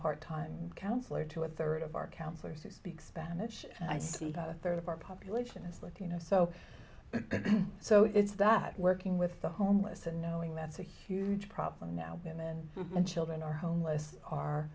part time counselor to a third of our counselors who speak spanish and i see that a third of our population is latino so so it's that working with the homeless and knowing that's a huge problem now and then and children are homeless are